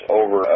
over